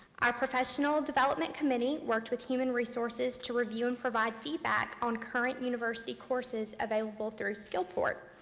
our professional development committee worked with human resources to review and provide feedback on current university courses available through skillport,